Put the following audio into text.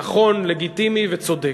נכון, לגיטימי וצודק.